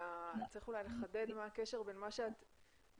צריך אולי לחדד ולומר מה הקשר בין מה שאת מתארת